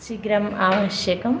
शीघ्रम् आवश्यकम्